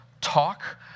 talk